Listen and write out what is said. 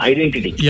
Identity